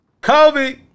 Kobe